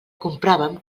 compràvem